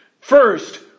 First